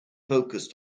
focus